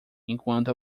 enquanto